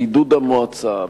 בעידוד המועצה,